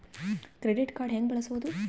Credit card ಹೆಂಗ ಬಳಸೋದು?